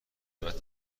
غیبت